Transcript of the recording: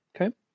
Okay